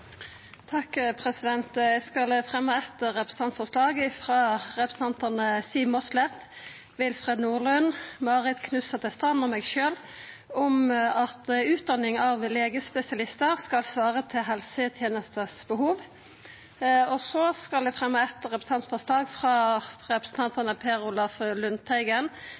Eg vil fremja eit representantforslag frå stortingsrepresentantane Siv Mossleth, Willfred Nordlund, Marit Knutsdatter Strand og meg sjølv om at utdanning av legespesialistar skal svara til helsetenesta sine behov. Så vil eg fremja eit representantforslag frå stortingsrepresentantane Per Olaf Lundteigen,